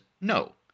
no